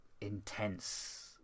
intense